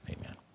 Amen